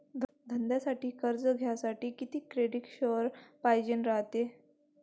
धंद्यासाठी कर्ज घ्यासाठी कितीक क्रेडिट स्कोर पायजेन रायते?